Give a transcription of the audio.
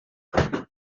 tłumy